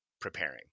preparing